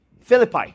Philippi